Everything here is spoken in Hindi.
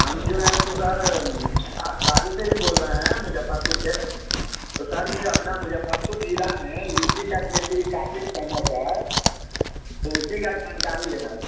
हम जो हैं सो सर सर बाजू से ही बोल रहे हैं मुज़फ़्फ़रपुर के तो सर यह अपना मुज़फ़्फ़रपुर जिला में लीची का खेती काफ़ी फेमस है तो उसी का जानकारी लेना था